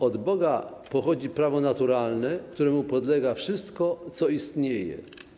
Od Boga pochodzi prawo naturalne, któremu podlega wszystko, co istnieje.